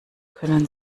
können